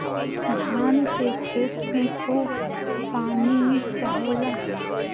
धान के खेत में खूब पानी चाहेला